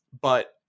But-